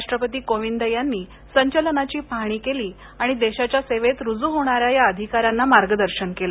राष्ट्रपती कोविंद यांनी संचलनाची पाहणी केली आणि देशाच्या सेवेत रुजू होणाऱ्या या अधिकाऱ्यांना मार्गदर्शन केलं